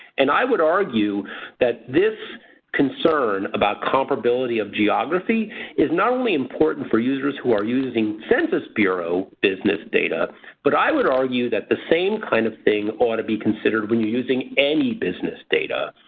and i would argue that this concern about comparability of geography is not only important for users who are using census bureau business data but i would argue that the same kind of thing ought to be considered when you're using any business data.